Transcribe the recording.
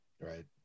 Right